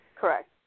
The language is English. Correct